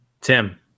tim